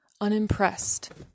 unimpressed